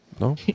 No